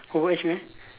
overage meh